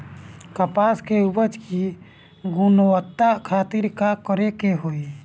कपास के उपज की गुणवत्ता खातिर का करेके होई?